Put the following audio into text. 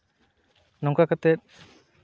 ᱱᱚᱝᱠᱟ ᱠᱟᱛᱮᱫ